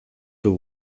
dut